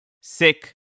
sick